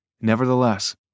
Nevertheless